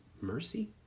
mercy